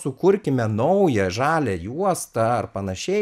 sukurkime naują žalią juostą ar panašiai